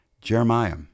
Jeremiah